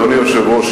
אדוני היושב-ראש,